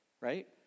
right